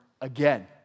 again